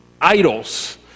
idols